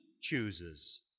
chooses